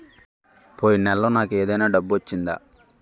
పోయిన నెలలో నాకు ఏదైనా డబ్బు వచ్చిందా?